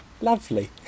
lovely